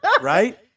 Right